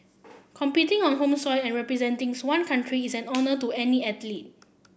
competing on home soil and representing's one country is an honour to any athlete